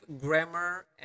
grammar